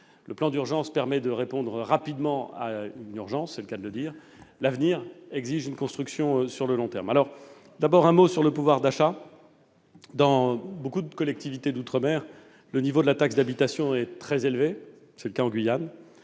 Celui-ci a permis de répondre rapidement à l'urgence- c'est le cas de le dire !-, quand l'avenir exige une construction de long terme. D'abord, un mot sur le pouvoir d'achat : dans beaucoup de collectivités d'outre-mer, le niveau de la taxe d'habitation est très élevé- c'est le cas en Guyane.